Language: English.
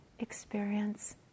experience